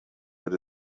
but